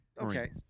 Okay